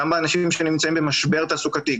גם באנשים שנמצאים במשבר תעסוקתי,